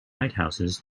lighthouses